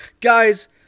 Guys